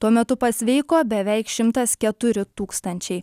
tuo metu pasveiko beveik šimtas keturi tūkstančiai